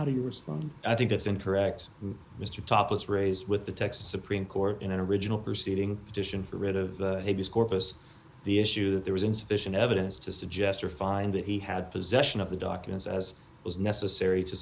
you respond i think that's incorrect mr topless raised with the texas supreme court in an original proceeding petition for writ of habeas corpus the issue that there was insufficient evidence to suggest or find that he had possession of the documents as it was necessary to